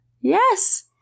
Yes